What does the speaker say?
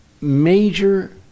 major